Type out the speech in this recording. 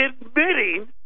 admitting